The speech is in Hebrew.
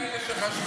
היו גם כאלה שחשבו,